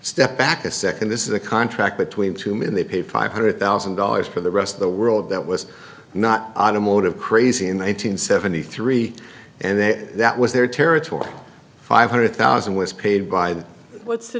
step back a second this is a contract between two men they paid five hundred thousand dollars for the rest of the world that was not automotive crazy in one thousand nine hundred seventy three and that was their territory five hundred thousand was paid by the what's the